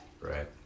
Right